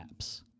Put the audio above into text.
apps